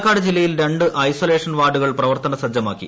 പാലക്കാട് ജില്ലയിൽ രണ്ട് ഐസൊലേഷൻ വാർഡുകൾ പ്രവർത്തനസജ്ജമാക്കി